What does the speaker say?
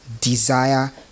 desire